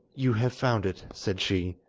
you have found it said she,